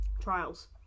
trials